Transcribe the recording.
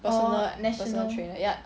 personal personal trainer yup